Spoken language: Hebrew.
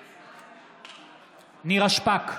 נגד נירה שפק,